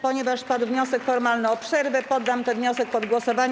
Ponieważ padł wniosek formalny o przerwę, poddam ten wniosek pod głosowanie.